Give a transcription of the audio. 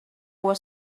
was